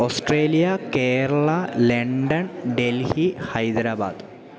Australia Kerala London Delhi Hyderabad